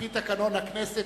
לפי תקנון הכנסת,